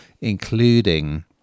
including